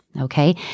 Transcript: Okay